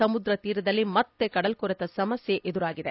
ಸಮುದ್ರ ತೀರದಲ್ಲಿ ಮತ್ತೆ ಕಡಲ್ಕೊರೆತ ಸಮಸ್ಯೆ ಎದುರಾಗಿದೆ